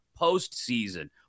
postseason